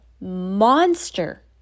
Monster